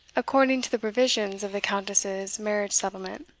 according to the provisions of the countess's marriage-settlement.